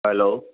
hello